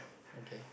okay